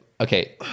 okay